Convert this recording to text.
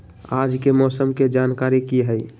आज के मौसम के जानकारी कि हई?